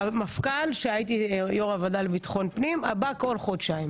כשהייתי יו"ר הוועדה לביטחון פנים בא כל חודשיים.